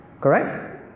Correct